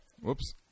Whoops